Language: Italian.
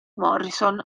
morrison